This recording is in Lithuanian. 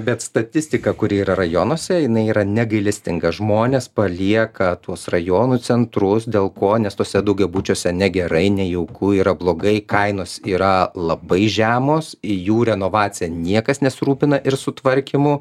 bet statistika kuri yra rajonuose jinai yra negailestinga žmonės palieka tuos rajonų centrus dėl ko nes tuose daugiabučiuose negerai nejauku yra blogai kainos yra labai žemos į jų renovaciją niekas nesirūpina ir sutvarkymu